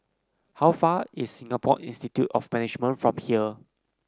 how far is Singapore Institute of Management from here